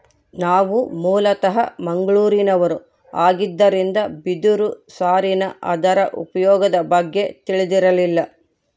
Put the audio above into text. ನಾವು ಮೂಲತಃ ಮಂಗಳೂರಿನವರು ಆಗಿದ್ದರಿಂದ ಬಿದಿರು ಸಾರಿನ ಅದರ ಉಪಯೋಗದ ಬಗ್ಗೆ ತಿಳಿದಿರಲಿಲ್ಲ